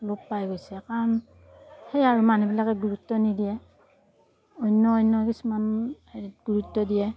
লোপ পাই গৈছে কাৰণ সেয়ে আৰু মানুহবিলাকে গুৰুত্ব নিদিয়ে অন্য অন্য কিছুমান হেৰিত গুৰুত্ব দিয়ে